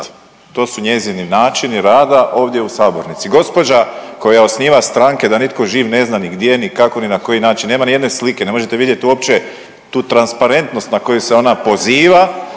To su njezini načini rada ovdje u sabornici. Gospođa koja osniva stranke da nitko živ ne zna ni gdje ni kako ni na koji način, nema nijedne slike, ne možete vidjet uopće tu transparentnost na koju se ona poziva,